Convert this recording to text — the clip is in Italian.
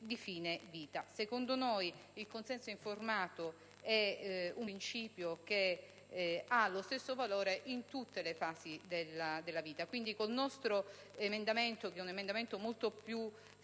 di fine vita; secondo noi il consenso informato è un principio dello stesso valore in tutte le fasi della vita. Quindi, col nostro emendamento 1.143, molto più semplice